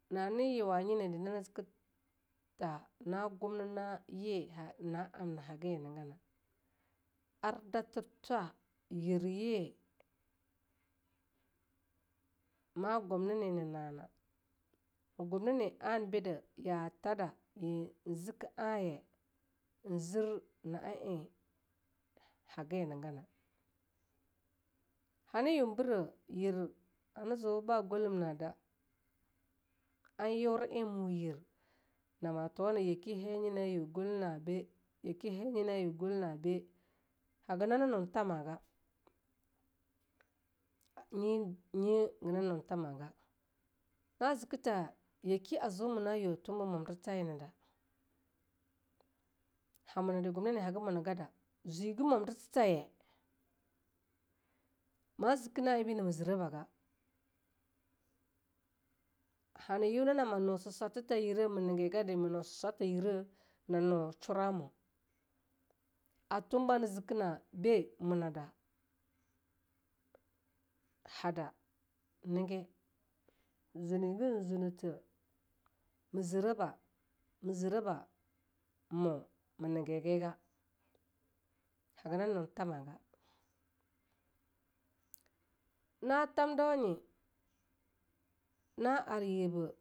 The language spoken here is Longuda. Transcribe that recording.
Nane yuwa nyinede nane ziketa na gumnana ye na'amno haga nyenagana, ar a datir two yirye ma gumnene na na'ana, me gumnene anabide yatada en zike ahnye en zir na'eei haga nyinagana. hanayu bire yir ana zoe ba gwalimnada an yura'ei mo yir nama tuwa na yeke an haya nyine yue gwal a be, yaki haya nyidayou gwal na be, hagananu thamaga, nye, nye hagananue thamaga. na ziketha yeki a zoe munayue a twumbe momdirtha nyena da hamuna de gumnene haga munagada zoege modir thataye, ma zike na'ei be nama zirebega. hana nyonana ma nu susartha ma nigegade, ma nu susartha yire. ma nue shuramo. a tuwam be ne zike na-be moenada - hada - nege. zunege zunethe zireba, mezireba moe ma negega, haga nanae nue thamaga natamtaune na ariyebu.